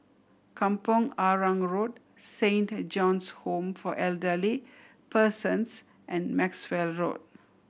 Kampong Arang Road Saint John's Home for Elderly Persons and Maxwell Road